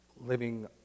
living